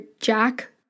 Jack